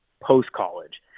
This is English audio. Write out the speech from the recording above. post-college